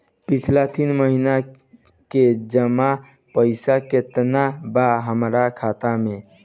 पिछला तीन महीना के जमा पैसा केतना बा हमरा खाता मे?